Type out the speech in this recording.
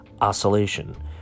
oscillation